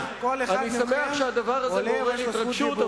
אני שמח שהדבר הזה מעורר התרגשות,